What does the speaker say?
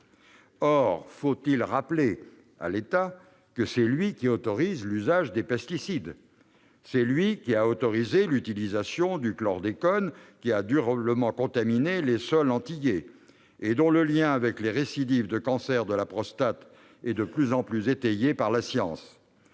Or- faut-il le rappeler ? -c'est l'État qui autorise l'usage des pesticides. C'est lui qui a permis l'utilisation du chlordécone, qui a durablement contaminé les sols antillais et dont le lien avec les récidives de cancer de la prostate est de plus en plus étayé par la science.